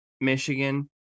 Michigan